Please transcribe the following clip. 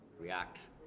react